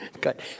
good